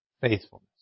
faithfulness